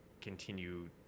continue